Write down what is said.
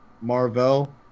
Marvel